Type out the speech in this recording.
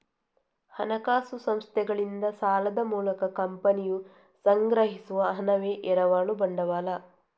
ಹಣಕಾಸು ಸಂಸ್ಥೆಗಳಿಂದ ಸಾಲದ ಮೂಲಕ ಕಂಪನಿಯು ಸಂಗ್ರಹಿಸುವ ಹಣವೇ ಎರವಲು ಬಂಡವಾಳ